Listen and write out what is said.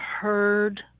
heard